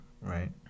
right